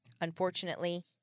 Unfortunately